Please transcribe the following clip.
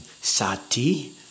Sati